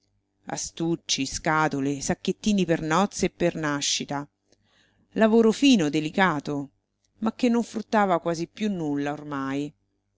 astucci scatole sacchettini per nozze e per nascita lavoro fino delicato ma che non fruttava quasi più nulla ormai